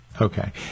Okay